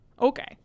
Okay